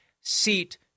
seat